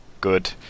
Good